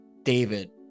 David